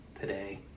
today